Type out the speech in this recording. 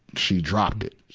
she dropped it.